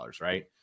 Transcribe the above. right